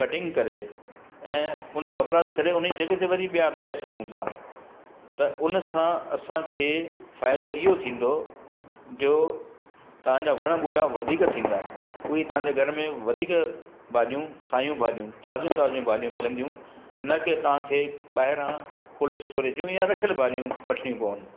cutting करे ऐं उन जो वाप्राश करे उनजी जॻह ते वरी ॿिया लॻाए सघूं था त उन सां असांखे फ़ाइदो इहो थींदो जो तव्हांजा वण ॿूटा वधीक थींदा उहे ई तव्हांजे घर में वधीक भाॼियूं सायूं भाॼियूं ताज़ियूं ताज़ियूं भाॼियूं मिलंदियूं न की तव्हांखे ॿाहिरां कोल्ड स्टोरेज जूं या रखियलु भाॼियूं वठणी पवनि